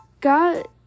got